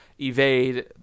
evade